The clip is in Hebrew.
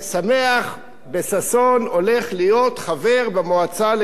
בששון הולך להיות חבר במועצה לכבלים ולוויין.